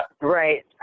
Right